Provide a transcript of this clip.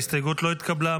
ההסתייגות לא התקבלה.